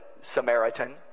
Samaritan